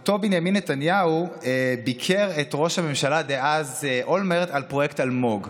אותו בנימין נתניהו ביקר את ראש הממשלה דאז אולמרט על פרויקט אלמוג,